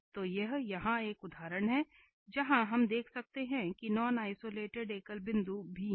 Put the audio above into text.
तो यह यहां एक उदाहरण है जहां हम देख सकते हैं कि नॉन आइसोलेटेड एकल बिंदु भी हैं